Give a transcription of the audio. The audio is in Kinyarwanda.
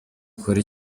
ukora